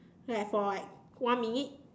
like for like one minute